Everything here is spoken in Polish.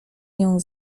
nią